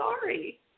sorry